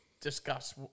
discuss